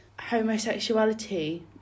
homosexuality